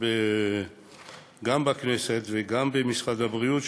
גם בכנסת וגם במשרד הבריאות,